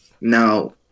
Now